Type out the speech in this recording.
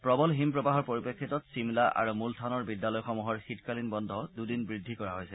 প্ৰবল হিমপ্ৰবাহৰ পৰিপ্ৰেক্ষিতত চিমলা আৰু মূলথানৰ বিদ্যালয়সমূহৰ শীতকালীন বন্ধ দুদিন বৃদ্ধি কৰা হৈছে